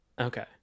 Okay